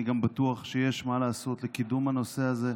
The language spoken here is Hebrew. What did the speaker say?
אני גם בטוח שיש מה לעשות לקידום הנושא הזה,